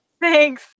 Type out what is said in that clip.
Thanks